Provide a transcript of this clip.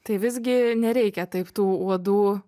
tai visgi nereikia taip tų uodų